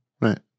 right